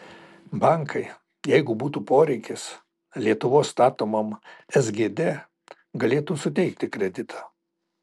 bankai jeigu būtų poreikis lietuvos statomam sgd galėtų suteikti kreditą